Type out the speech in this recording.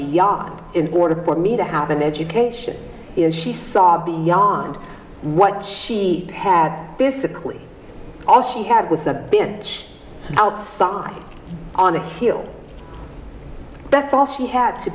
beyond in order for me to have an education you know she saw beyond what she had physically all she had was a binge outside on a hill that's all she had to